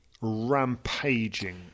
rampaging